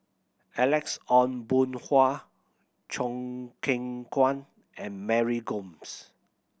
Alex Ong Boon Hau Choo Keng Kwang and Mary Gomes